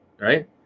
right